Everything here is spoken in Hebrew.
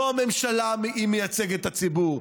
לא הממשלה מייצגת את הציבור,